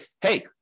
hey